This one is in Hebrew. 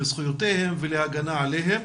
לזכויותיהם ולהגנה עליהם,